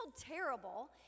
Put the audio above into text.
terrible